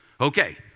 Okay